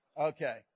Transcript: okay